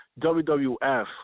WWF